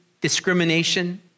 discrimination